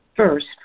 first